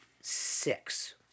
six